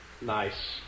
Nice